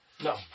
no